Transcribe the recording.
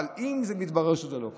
אבל אם מתברר שזה לא כך,